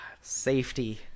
Safety